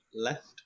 left